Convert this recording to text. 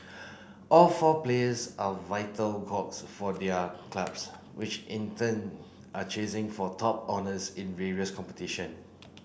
all four players are vital cogs for their clubs which in turn are chasing for top honours in various competition